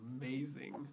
amazing